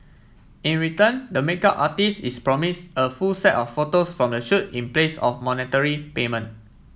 in return the makeup artist is promise a full set of photos from the shoot in place of monetary payment